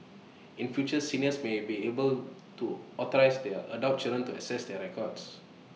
in future seniors may be able to authorise their adult children to access their records